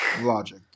Logic